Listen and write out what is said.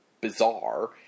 bizarre